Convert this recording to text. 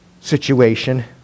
situation